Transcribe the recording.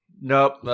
nope